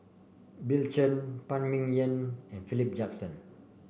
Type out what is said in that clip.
Bill Chen Phan Ming Yen and Philip Jackson